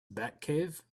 batcave